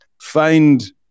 Find